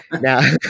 now